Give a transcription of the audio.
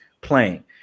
playing